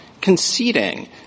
conceding